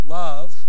love